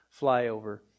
flyover